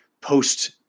post